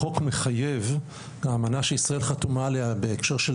החוק מחייב באמנה שישראל חתומה עליה בהקשר של